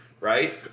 Right